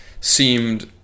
seemed